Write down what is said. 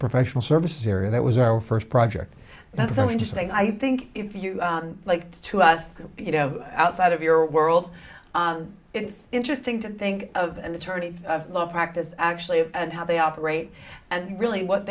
professional services area that was our first project the interesting i think if you like to us you know outside of your world it's interesting to think of an attorney practice actually and how they operate and really what